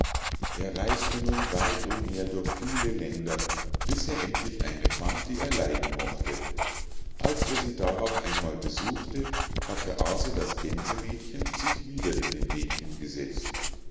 er reis'te nun weit umher durch viele länder bis er endlich eine fand die er leiden mochte als er sie darauf einmal besuchte hatte aase das gänsemädchen sich wieder in den weg hingesetzt